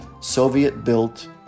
Soviet-built